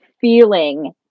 feeling